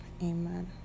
Amen